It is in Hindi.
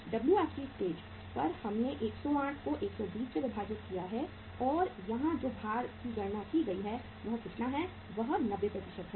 WFG स्टेज पर हमने 108 को 120 से विभाजित किया है और यहाँ जो भार की गणना की है वह कितना है वह 90 है